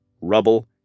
rubble